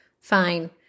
Fine